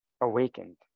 awakened